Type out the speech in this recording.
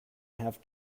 have